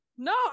No